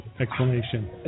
explanation